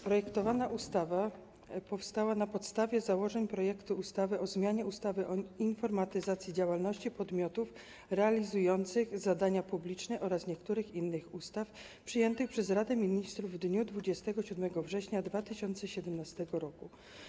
Projektowana ustawa powstała na podstawie założeń projektu ustawy o zmianie ustawy o informatyzacji działalności podmiotów realizujących zadania publiczne oraz niektórych innych ustaw przyjętych przez Radę Ministrów w dniu 27 września 2017 r.